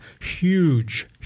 Huge